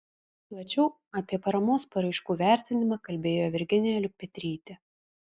plačiau apie paramos paraiškų vertinimą kalbėjo virginija liukpetrytė